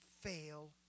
fail